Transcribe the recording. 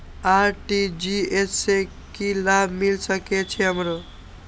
RTGS से की लाभ मिल सके छे हमरो?